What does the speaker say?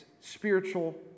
spiritual